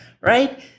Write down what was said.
right